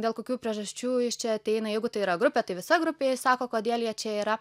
dėl kokių priežasčių jis čia ateina jeigu tai yra grupė tai visa grupė išsako kodėl jie čia yra